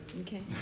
Okay